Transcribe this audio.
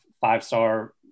five-star